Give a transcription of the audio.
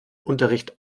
unterricht